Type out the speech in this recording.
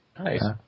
Nice